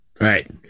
Right